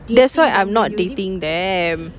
that's why I'm not dating them